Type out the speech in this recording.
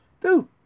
dude